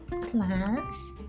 class